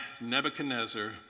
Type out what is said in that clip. Nebuchadnezzar